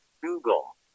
Google